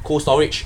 Cold Storage